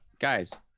guys